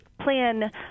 plan